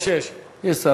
יש, יש.